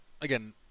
again